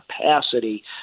capacity